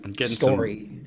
story